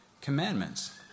commandments